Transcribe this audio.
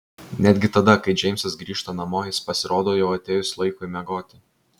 netgi tada kai džeimsas grįžta namo jis pasirodo jau atėjus laikui miegoti